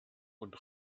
und